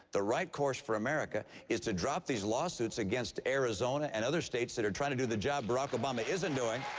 the right course for america is to drop these lawsuits against arizona and other states that are trying to do the job barack obama isn't doing.